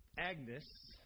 Agnes